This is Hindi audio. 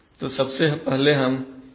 तो सबसे पहले हम P कंट्रोल को देखते हैं